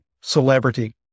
celebrity